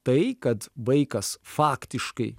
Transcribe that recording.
tai kad vaikas faktiškai